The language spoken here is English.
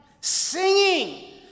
Singing